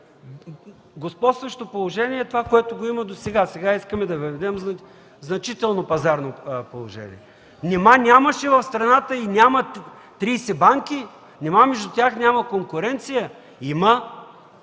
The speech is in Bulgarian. Господстващо положение е това, което го има досега, сега искаме да въведем значително пазарно положение. Нима нямаше в страната и няма 30 банки? Нима между тях няма конкуренция? Има!